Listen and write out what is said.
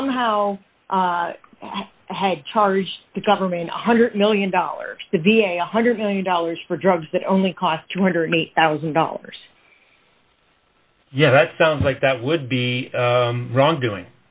somehow charged the government a one hundred million dollars to be a one hundred million dollars for drugs that only cost two hundred and eight thousand dollars yeah that sounds like that would be wrongdoing